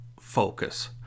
focus